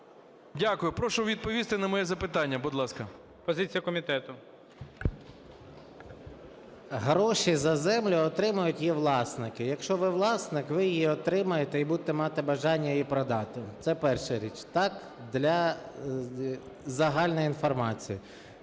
Дякую. Прошу відповісти на моє запитання, будь ласка. ГОЛОВУЮЧИЙ. Позиція комітету. 13:40:13 СОЛЬСЬКИЙ М.Т. Гроші за землю отримають її власники. Якщо ви власник, ви їх отримаєте і будете мати бажання її продати. Це перша річ, так, для загальної інформації.